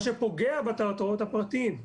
מה שפוגע בתיאטראות הפרטיים.